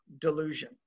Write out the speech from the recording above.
Delusion